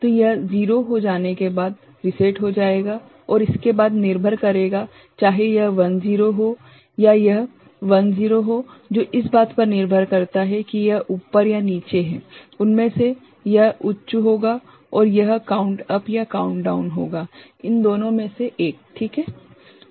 तो यह 0 हो जाने के बाद रीसेट हो जाएगा और इसके बाद निर्भर करेगा चाहे यह 1 0 हो या यह 1 0 हो जो इस बात पर निर्भर करता है कि यह ऊपर या नीचे है उनमें से एक उच्च होगा और यह काउंट अप या काउंट डाउन होगा इन दोनों में से एक ठीक है